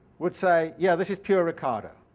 would say yeah, this is pure ricardo